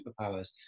superpowers